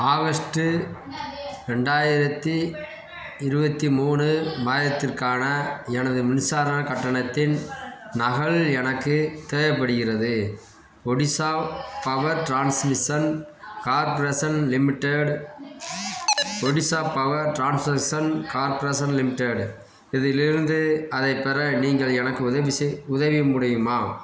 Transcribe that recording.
August ரெண்டாயிரத்தி இருபத்தி மூணு மாதத்திற்கான எனது மின்சார கட்டணத்தின் நகல் எனக்கு தேவைப்படுகிறது Odisha power transmission corporation limited Odisha power transmission corporation limited இதிலிருந்து அதைப் பெற நீங்கள் எனக்கு உதவி செய் உதவி முடியுமா